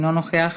אינו נוכח,